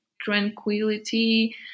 tranquility